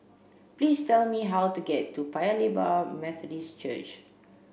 please tell me how to get to Paya Lebar Methodist Church